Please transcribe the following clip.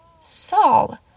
Saul